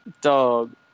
dog